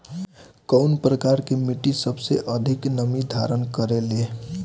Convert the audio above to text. कउन प्रकार के मिट्टी सबसे अधिक नमी धारण करे ले?